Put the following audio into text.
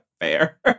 Fair